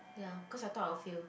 ya cause I thought I will fail